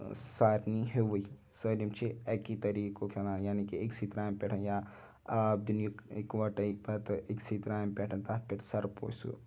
سارنٕے ہیٚوٕے سٲلِم چھِ اَکے طریٖقُک کھیٚوان یعنی کہ أکسٕے ترامہ پٮ۪ٹھ یا آب دِنُک اِکوٹَے پَتہِ أکسٕے ترامہ پٮ۪ٹھ تَتھ پٮ۪ٹھ سَرپوش سُہ